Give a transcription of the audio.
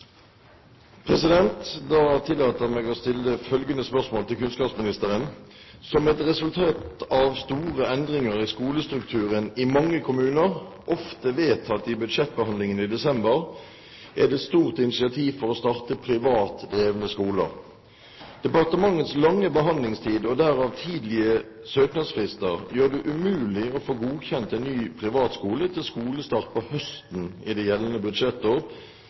senere. Da tillater jeg meg å stille følgende spørsmål til kunnskapsministeren: «Som et resultat av store endringer i skolestrukturen i mange kommuner, ofte vedtatt i budsjettbehandlingen i desember, er det stort initiativ for å starte privat drevne skoler. Departementets lange behandlingstid og derav tidlige søknadsfrister gjør det umulig å få godkjent en ny privat skole til skolestart på høsten i det gjeldende budsjettår